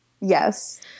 Yes